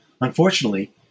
Unfortunately